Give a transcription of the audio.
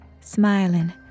smiling